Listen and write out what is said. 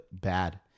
bad